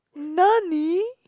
nani